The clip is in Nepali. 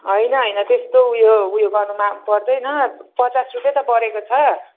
होइन होइन त्यस्तो उयो उयो गर्नु न पर्दैन पचास रुपियाँ त बढेको छ